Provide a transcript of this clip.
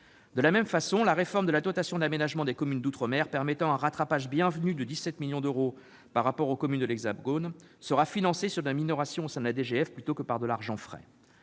De même, la réforme de la dotation d'aménagement des communes d'outre-mer, qui assure un rattrapage bienvenu de 17 millions d'euros par rapport aux communes de l'Hexagone, sera financée sur des minorations au sein de la DGF plutôt que par de l'argent frais.